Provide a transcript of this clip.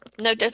no